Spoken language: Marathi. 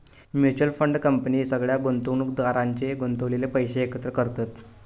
म्युच्यअल फंड कंपनी सगळ्या गुंतवणुकदारांचे गुंतवलेले पैशे एकत्र करतत